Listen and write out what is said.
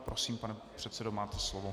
Prosím, pane předsedo, máte slovo.